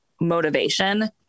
motivation